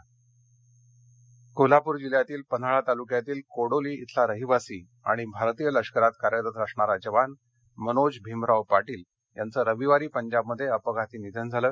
अंत्यसंस्कार कोल्हापूर जिल्ह्यातील पन्हाळा तालुक्यातील कोडोली इथला रहिवासी आणि भारतीय लष्करात कार्यरत असणारा जवान मनोज भीमराव पार्शिल यांचं रविवारी पंजाबमध्ये अपघाती निधन झालं